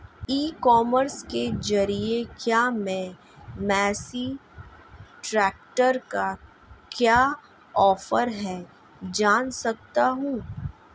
ई commerce के ज़रिए क्या मैं मेसी ट्रैक्टर का क्या ऑफर है जान सकता हूँ?